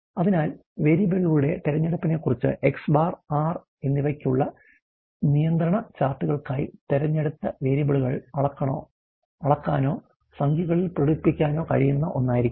അതിനാൽ വേരിയബിളുകളുടെ തിരഞ്ഞെടുപ്പിനെക്കുറിച്ച് X̄ R എന്നിവയ്ക്കായുള്ള നിയന്ത്രണ ചാർട്ടുകൾക്കായി തിരഞ്ഞെടുത്ത വേരിയബിളുകൾ അളക്കാനോ സംഖ്യകളിൽ പ്രകടിപ്പിക്കാനോ കഴിയുന്ന ഒന്നായിരിക്കണം